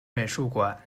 美术馆